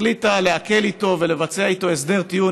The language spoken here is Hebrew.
החליטה להקל איתו ולבצע איתו הסדר טיעון,